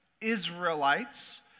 Israelites